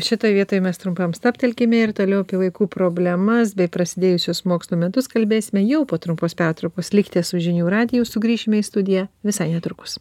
šitoj vietoj mes trumpam stabtelkime ir toliau vaikų problemas bei prasidėjusius mokslo metus kalbėsime jau po trumpos pertraukos likte su žinių radiju sugrįšime į studiją visai netrukus